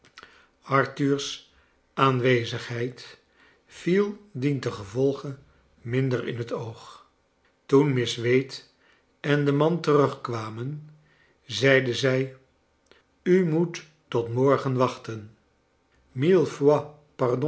arthur's aanwezigheid viel dientengevolge minder jn het oog toen miss wade en de man terugkwamen aeide zij u moet tot morgen wachten